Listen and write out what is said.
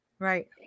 Right